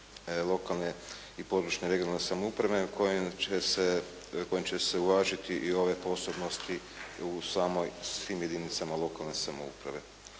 lokalne i područne, regionalne samouprave kojim će se uvažiti i ove posebnosti u samoj svim jedinicama lokalne samouprave.